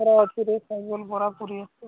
ଅଛିରେ ବରା ପୁରୀ ଅଛି